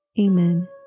Amen